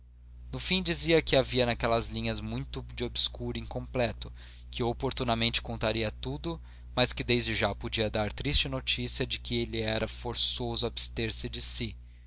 no fim dizia que havia naquelas linhas muito de obscuro e incompleto que oportunamente contaria tudo mas que desde já podia dar a triste notícia de que lhe era forçoso abster se de